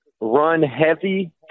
run-heavy